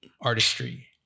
artistry